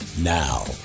Now